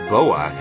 Boa